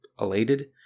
elated